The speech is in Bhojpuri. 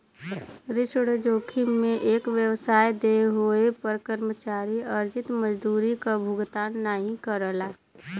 ऋण जोखिम में एक व्यवसाय देय होये पर कर्मचारी अर्जित मजदूरी क भुगतान नाहीं करला